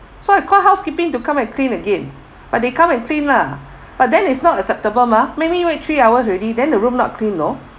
so I call housekeeping to come and clean again but they come and clean lah but then it's not acceptable mah make me wait three hours already then the room not clean you know